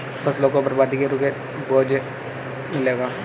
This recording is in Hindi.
फसलों की बर्बादी रुके तो सबको भोजन मिलेगा